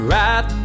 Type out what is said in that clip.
right